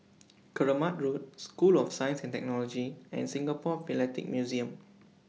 Keramat Road School of Science and Technology and Singapore Philatelic Museum